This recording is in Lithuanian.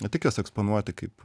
ne tik juos eksponuoti kaip